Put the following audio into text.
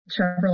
Chevrolet